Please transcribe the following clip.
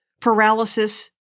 paralysis